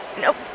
Nope